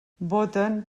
voten